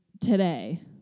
today